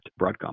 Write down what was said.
Broadcom